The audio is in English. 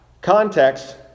context